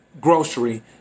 grocery